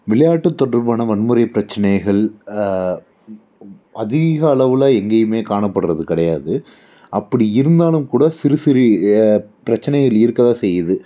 விளையாட்டு தொடர்பான வன்முறை பிரச்சனைகள் அதிக அளவில் எங்கேயுமே காணப்படுகிறது கிடையாது அப்படி இருந்தாலும் கூட சிறு சிறு பிரச்சனைகள் இருக்க தான் செய்யுது